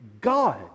God